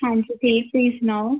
ਹਾਂਜੀ ਜੀ ਤੁਸੀਂ ਸੁਣਾਓ